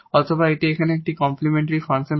অথবা এটি এখানে একটি কমপ্লিমেন্টরি ফাংশন হবে